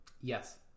Yes